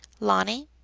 leonie,